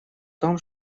том